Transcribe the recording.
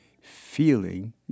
feeling